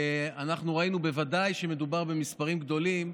בוודאי כשמדובר במספרים גדולים,